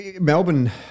Melbourne